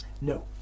No